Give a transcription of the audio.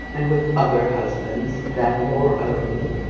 and with other husbands than your own